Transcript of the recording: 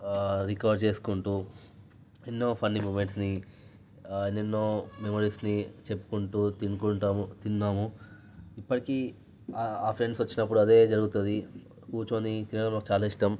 recover చేసుకుంటూ ఎన్నో funny మూమెంట్స్ని ఎన్నో మెమురీస్ని చెప్పుకుంటూ తినుకుంటాము తిన్నాము ఇప్పటికీ ఆ ఫ్రెండ్స్ వచ్చినప్పుడు అదే జరుగుతుంది కూర్చోని తినడం నాకు చాలా ఇష్టం